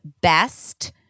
BEST